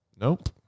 Nope